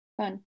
fun